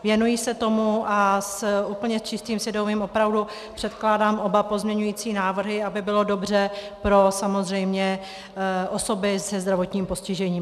Věnuji se tomu a s úplně čistým svědomím opravdu předkládám oba pozměňující návrhy, aby bylo dobře pro samozřejmě osoby se zdravotním postižením.